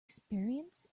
experience